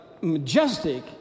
majestic